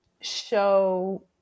show